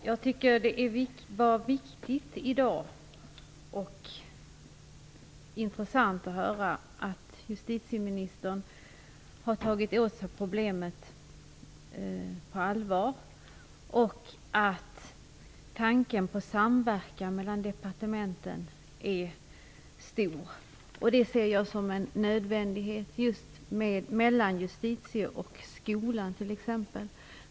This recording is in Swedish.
Herr talman! Jag tyckte att det var intressant att höra att justitieministern har tagit detta problem på allvar och att man har en stor vilja till samverkan mellan departementen. Jag ser t.ex. också en samverkan mellan justitiedepartementet och skolan som nödvändig.